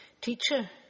Teacher